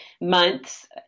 months